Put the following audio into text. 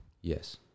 Yes